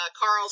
Carl